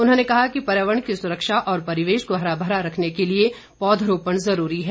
उन्होंने कहा कि पर्यावरण की सुरक्षा और परिवेश को हरा भरा रखने के लिए पौधरोपण जरूरी है